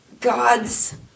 God's